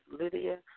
Lydia